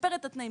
לשפר את התנאים,